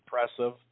impressive